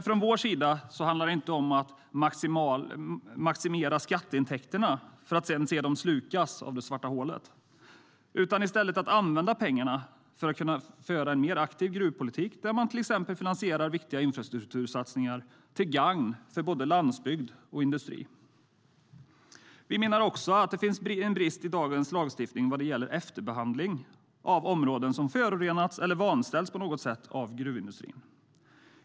Från vår sida handlar det inte om att maximera skatteintäkterna för att sedan se dem slukas av det svarta hålet utan om att använda pengarna för att kunna föra en mer aktiv gruvpolitik och till exempel finansiera viktiga infrastruktursatsningar till gagn för både landsbygd och industri. Vi menar också att det finns en brist i dagens lagstiftning vad gäller efterbehandling av områden som har förorenats eller vanställts på något sätt av gruvindustrin.